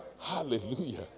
Hallelujah